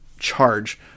charge